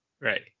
right